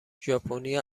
ژاپنیا